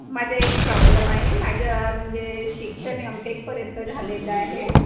माझा एक प्रॉब्लेम आहे माझ्या म्हणजे शिक्षण एम टेकपर्यंत झालेलं आहे